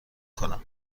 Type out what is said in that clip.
کنم